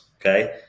okay